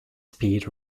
speed